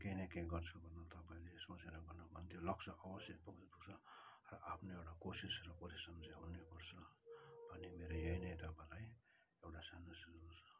केही न केही गर्छु भन्ने तपाईँहरूले सोचेर गर्नु भयो भने त्यो लक्ष्य अवश्यै पुग्नुसक्छ र आफ्नो एउटा कोसिस र परिश्रम चाहिँ हुनै पर्छ अनि मेरो यही नै तपाईँलाई एउटा सानो सुझाउ छ